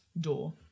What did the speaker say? door